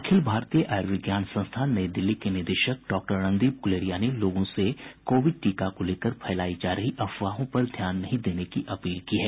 अखिल भारतीय आयुर्विज्ञान संस्थान नई दिल्ली के निदेशक डॉक्टर रणदीप गुलेरिया ने लोगों से कोविड टीका को लेकर फैलायी जा रही अफवाहों पर ध्यान नहीं देने की अपील की है